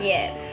Yes